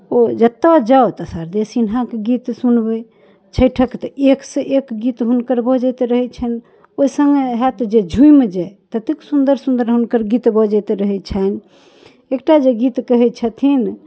ओ जतऽ जाउ तऽ शारदे सिन्हाके गीत सुनबै छठिके तऽ एकसँ एक गीत हुनकर बजैत रहै छनि ओ सङ्गे हैत जे झूमि जाइ ततेक सुन्दर सुन्दर हुनकर गीत बजैत रहै छनि एकटा जे गीत कहै छथिन